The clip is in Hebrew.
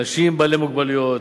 אנשים בעלי מוגבלויות,